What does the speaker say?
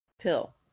pill